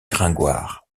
gringoire